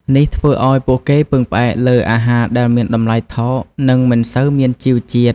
នេះធ្វើឱ្យពួកគេពឹងផ្អែកលើអាហារដែលមានតម្លៃថោក និងមិនសូវមានជីវជាតិ។